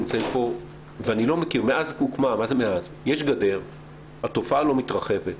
יש גדר והתופעה לא מתרחבת.